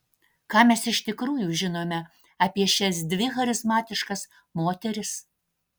ką mes iš tikrųjų žinome apie šias dvi charizmatiškas moteris